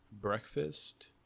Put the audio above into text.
breakfast